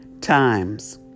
times